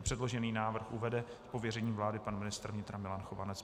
Předložený návrh uvede z pověření vlády pan ministr Milan Chovanec.